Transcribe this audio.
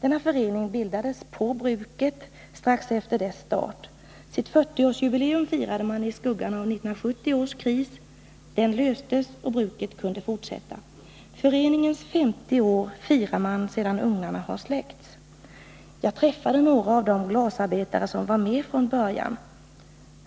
Denna förening bildades på bruket strax efter dess start. Sitt 40-årsjubileum firade man i skuggan av 1970 års kris. Den löstes, och bruket kunde fortsätta. Föreningens 50 år firar man sedan ugnarna har släckts. Jag träffade några av de glasbruksarbetare som var med från början.